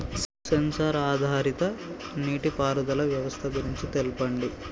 Censor ఆధారిత నీటిపారుదల వ్యవస్థ గురించి తెల్పండి?